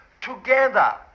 together